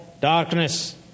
darkness